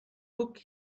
took